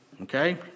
Okay